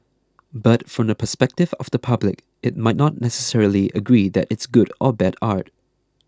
but from the perspective of the public it might not necessarily agree that it's good or bad art